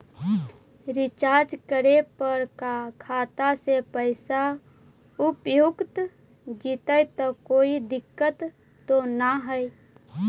Recharge करे पर का खाता से पैसा उपयुक्त जितै तो कोई दिक्कत तो ना है?